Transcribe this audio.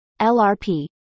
lrp